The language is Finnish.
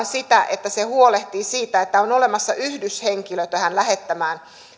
sitä että se huolehtii siitä että on olemassa yhdyshenkilö tähän lähettävään